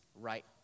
right